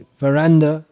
veranda